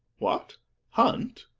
what hunt?